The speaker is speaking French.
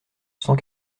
cent